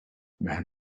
man